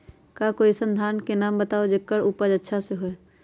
का कोई अइसन धान के नाम बताएब जेकर उपज अच्छा से होय?